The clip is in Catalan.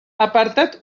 apartat